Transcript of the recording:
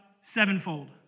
sevenfold